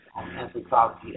Anthropology